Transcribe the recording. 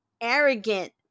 arrogant